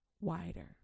wider